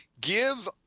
give